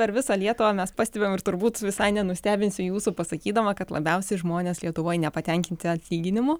per visą lietuvą mes pastebim ir turbūt visai nenustebinsiu jūsų pasakydama kad labiausiai žmonės lietuvoj nepatenkinti atlyginimu